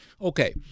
Okay